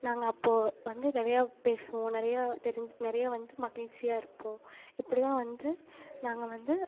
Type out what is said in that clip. நாங்கள் அப்போ வந்து நிறையா பேசுவோம் நிறையா தெரி நெறையா வந்து மகிழ்ச்சியாக இருப்போம் இப்படி தான் வந்து நாங்கள் வந்து